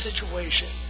situation